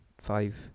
five